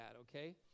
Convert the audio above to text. okay